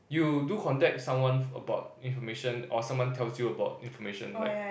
you do contact someone about information or someone tells you about information like